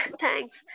thanks